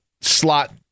slot